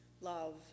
love